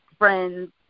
Friends